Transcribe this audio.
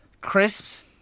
crisps